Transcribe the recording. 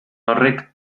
horrek